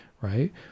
right